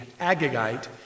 Agagite